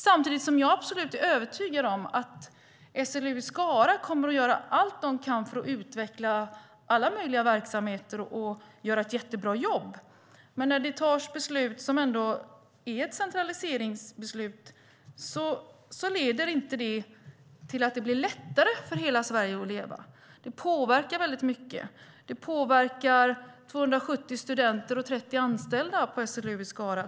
Samtidigt är jag absolut övertygad om att SLU i Skara kommer att göra allt de kan för att utveckla alla möjliga verksamheter och göra ett jättebra jobb. När det fattas beslut som innebär centralisering leder det inte till att det blir lättare för hela Sverige att leva. Det påverkar mycket. Det påverkar 270 studenter och 30 anställda vid SLU i Skara.